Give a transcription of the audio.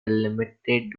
limited